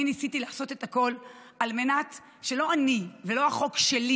אני ניסיתי לעשות הכול על מנת שלא אני ולא החוק שלי